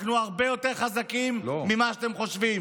אנחנו הרבה יותר חזקים ממה שאתם חושבים.